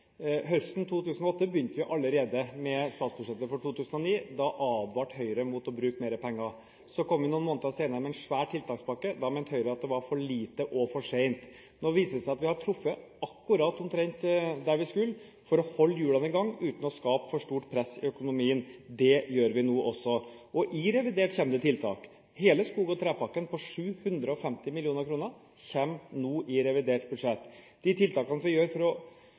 med statsbudsjettet for 2009. Da advarte Høyre mot å bruke mer penger. Noen måneder senere kom vi med en svær tiltakspakke. Da mente Høyre at det var for lite og for sent. Nå viser det seg at vi har truffet omtrent der vi skulle for å holde hjulene i gang – uten å skape for stort press i økonomien. Det gjør vi nå også. I revidert nasjonalbudsjett kommer det tiltak – hele skog- og trepakken på 750 mill. kr kommer der. Tiltakene for å gi oljeselskapene litt større ansvar for